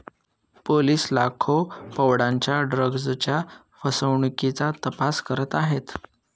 police लाखो पौंडांच्या ड्रग्जच्या फसवणुकीचा तपास करत आहेत